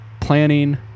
planning